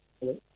Hello